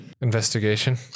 Investigation